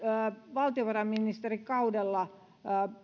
valtionvarainministerikaudella